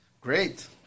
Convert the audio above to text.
Great